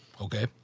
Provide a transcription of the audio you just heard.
Okay